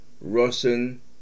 Russian